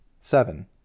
seven